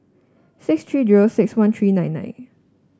six three zero six one three nine nine